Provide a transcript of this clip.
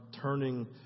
turning